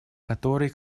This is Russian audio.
который